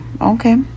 Okay